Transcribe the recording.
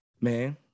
man